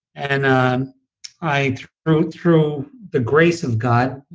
and i through through the grace of god,